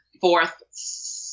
fourth